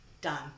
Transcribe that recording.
Done